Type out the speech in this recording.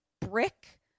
brick